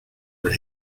were